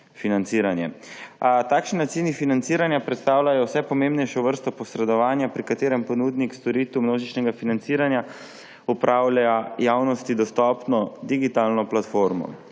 takšni načini financiranja predstavljajo vse pomembnejšo vrsto posredovanja, pri katerem ponudnik storitev množičnega financiranja upravlja javnosti dostopno digitalno platformo,